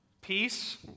Peace